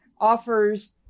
offers